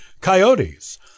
coyotes